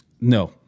No